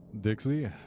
Dixie